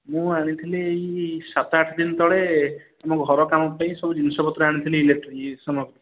ମୁଁ ଆଣିଥିଲି ଏହି ସାତ ଆଠ ଦିନ ତଳେ ଆମ ଘର କାମ ପାଇଁ ସବୁ ଜିନିଷ ପତ୍ର ଆଣିଥିଲି ଇଲେକ୍ଟ୍ରି ସାମାନ